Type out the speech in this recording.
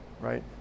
right